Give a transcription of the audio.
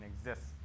exists